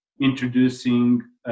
introducing